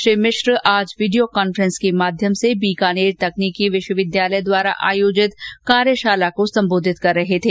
श्री मिश्र आज video conference के माध्यम से बीकानेर तकनीकी विश्वविद्यालय द्वारा आयोजित कार्यशाला को संबोधित कर रहे थे